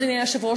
אדוני היושב-ראש,